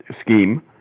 scheme